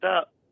up